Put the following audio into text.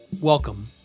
welcome